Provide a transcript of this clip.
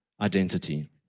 Identity